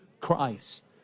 Christ